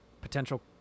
potential